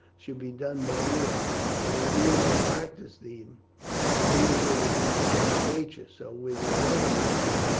should be done by rule but when you have practised them these will become a second nature so with your other movements.